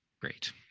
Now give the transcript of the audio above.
Great